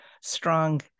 strong